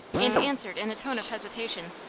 and answered in a tone of hesitation